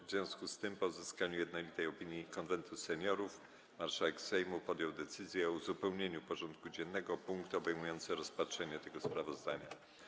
W związku z tym, po uzyskaniu jednolitej opinii Konwentu Seniorów, marszałek Sejmu podjął decyzję o uzupełnieniu porządku dziennego o punkt obejmujący rozpatrzenie tego sprawozdania.